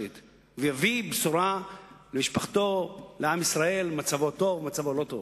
שליט ויביא בשורה למשפחתו ולעם ישראל אם מצבו טוב או לא טוב?